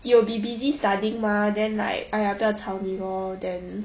you will be busy studying mah then like !aiya! 不要吵你 lor then